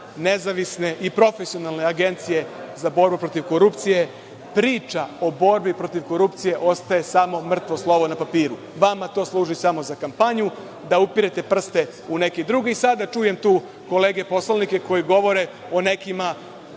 nezavisne i profesionalne Agencije za borbu protiv korupcije priča o borbi protiv korupcije, ostaje samo mrtvo slovo na papiru. Vama to služi samo za kampanju da upirete prste u neke druge. Sada čujem kolege poslanike koji govore o nekima